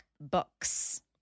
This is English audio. books